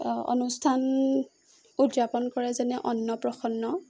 অনুষ্ঠান উদযাপন কৰে যেনে অন্নপ্ৰাসন্ন